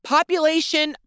Population